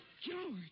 George